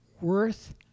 worth